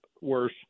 worse